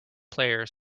player